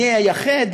אני אייחד